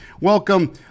welcome